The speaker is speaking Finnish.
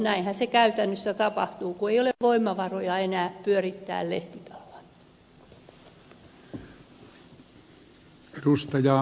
näinhän se käytännössä tapahtuu kun ei ole voimavaroja enää pyörittää lehtitaloa